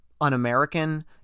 un-American